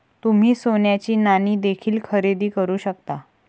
तुम्ही सोन्याची नाणी देखील खरेदी करू शकता